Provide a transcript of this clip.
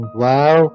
wow